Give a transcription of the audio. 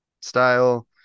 style